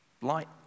Light